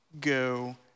go